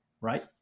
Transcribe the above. right